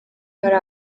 hari